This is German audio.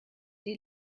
die